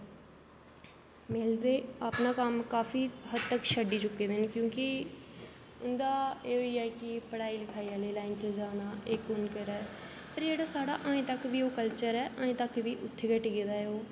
मेल ते अपना कम्म काफी हद्द तक छड्डी चुके दे न क्योंकि उं'दा एह् होई गेआ कि पढ़ाई लिखाई आह्ली लाइन च जाना फिर जेह्ड़ा साढ़ा ऐहीं तक बी ओह् कल्चर ऐ ऐहीं तक बी उत्थें गै टिके दा ऐ ओह्